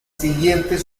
siguientes